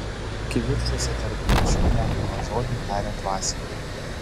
kivirčuose tarp genčių lemiamą žodį taria dvasininkai